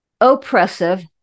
oppressive